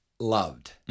Loved